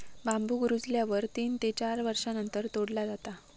बांबुक रुजल्यावर तीन ते चार वर्षांनंतर तोडला जाता